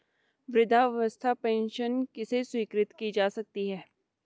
वृद्धावस्था पेंशन किसे स्वीकृत की जा सकती है?